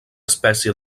espècie